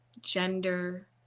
gender